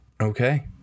okay